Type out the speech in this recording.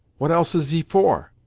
what else is he for?